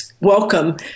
welcome